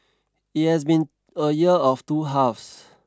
it has been a year of two halves